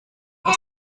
aus